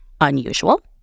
unusual